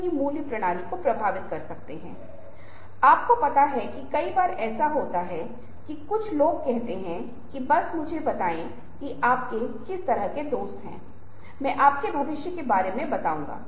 तो मध्यस्थता की एक और परत हो रही है जो दृश्य संस्कृति की मध्यस्थता है जो वास्तविकता का अनुभव कर रही है दूसरे हाथ किसी तरह की स्क्रीन या पत्रिका या कागज के माध्यम से या जो भी हो